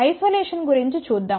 isolation గురించి చూద్దాం